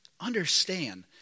understand